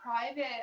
private